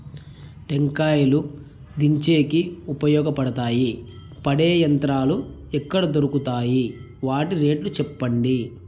టెంకాయలు దించేకి ఉపయోగపడతాయి పడే యంత్రాలు ఎక్కడ దొరుకుతాయి? వాటి రేట్లు చెప్పండి?